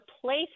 place